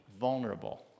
vulnerable